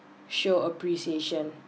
show appreciation